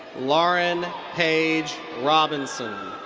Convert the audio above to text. lauren paige robinson.